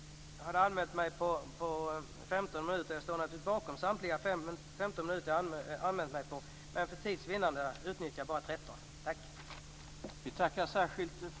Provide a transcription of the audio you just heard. Jag hade anmält mig för 15 minuter. Jag står naturligtvis bakom samtliga 15 minuter jag har anmält mig för, men för tids vinnande utnyttjar jag bara 13.